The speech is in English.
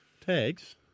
Tags